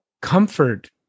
comfort